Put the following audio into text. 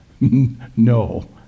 No